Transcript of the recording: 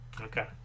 Okay